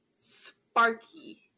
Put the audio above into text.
Sparky